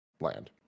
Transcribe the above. land